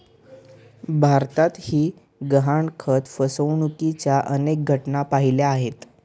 भारतातही गहाणखत फसवणुकीच्या अनेक घटना पाहिल्या आहेत